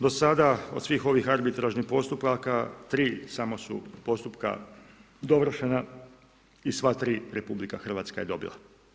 Do sada od svih ovih arbitražnih postupaka tri samo su postupka dovršena i sva tri RH je dobila.